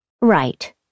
Right